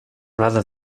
rather